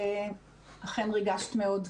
שאכן ריגשת מאוד.